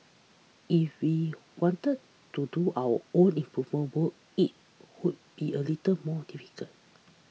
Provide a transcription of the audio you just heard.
if we wanted to do our own improvement works it would be a little more difficult